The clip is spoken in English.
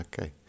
Okay